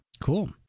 Cool